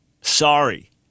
Sorry